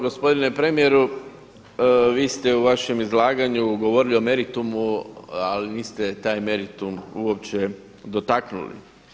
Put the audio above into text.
Gospodine premijeru, vi ste u vašem izlaganju govorili o meritumu ali niste taj meritum uopće dotaknuli.